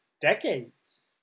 decades